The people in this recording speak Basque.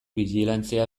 bijilantzia